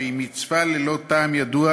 שהיא מצווה ללא טעם ידוע,